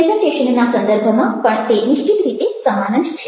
પ્રેઝન્ટેશનના સંદર્ભમાં પણ તે નિશ્ચિત રીતે સમાન જ છે